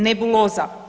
Nebuloza.